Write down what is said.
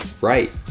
right